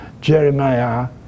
Jeremiah